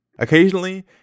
Occasionally